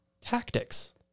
tactics